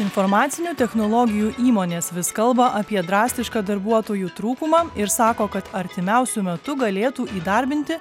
informacinių technologijų įmonės vis kalba apie drastišką darbuotojų trūkumą ir sako kad artimiausiu metu galėtų įdarbinti